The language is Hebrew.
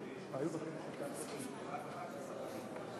אני שמח שנפלה בחלקי הזכות לפתוח בחקיקה